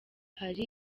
hari